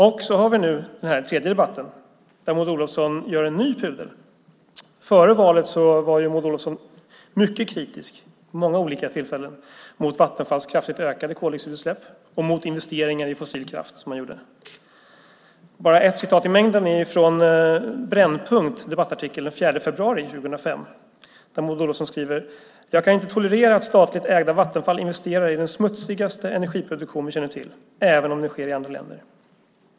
Nu har vi den tredje debatten där Maud Olofsson gör en ny pudel. Före valet var Maud Olofsson mycket kritisk vid många olika tillfällen mot Vattenfalls kraftigt ökade koldioxidutsläpp och de investeringar i fossil kraft som man gjorde. Jag kan ta ett referat i mängden från en debattartikel på Brännpunkt den 4 februari 2005. Där skriver Maud Olofsson: Jag kan inte tolerera att statligt ägda Vattenfall investerar i den smutsigaste energiproduktion vi känner till även om den sker i andra länder.